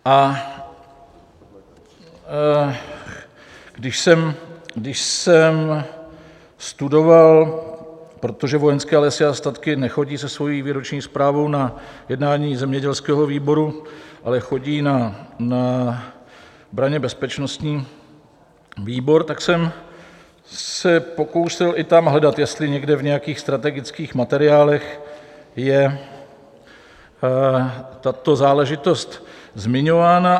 A když jsem studoval protože Vojenské lesy a statky nechodí se svojí výroční zprávou na jednání zemědělského výboru, ale chodí na branně bezpečnostní výbor tak jsem se pokusil i tam hledat, jestli někde v nějakých strategických materiálech je tato záležitost zmiňována.